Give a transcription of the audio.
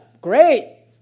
Great